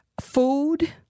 food